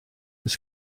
oes